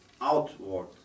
outward